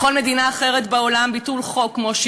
בכל מדינה אחרת בעולם ביטול חוק כמו חוק